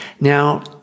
Now